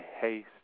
haste